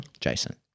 Jason